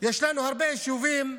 יש לנו הרבה יישובים בנגב,